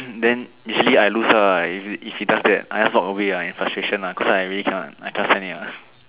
um then usually I lose her eh if he if he does that I just walk away ah in frustration lah cause I really cannot I cannot stand it lah